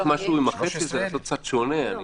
אולי צריך לעשות משהו קצת שונה עם החצי הזה,